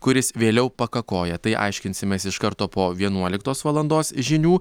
kuris vėliau pakakoja tai aiškinsimės iš karto po vienuoliktos valandos žinių